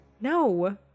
No